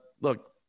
look